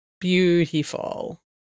beautiful